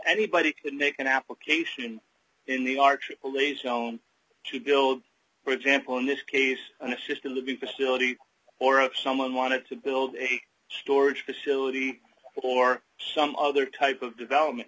anybody could make an application in the our aaa zone to build for example in this case an assisted living facility or up someone wanted to build a storage facility or some other type of development